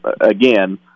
again